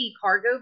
cargo